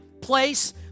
place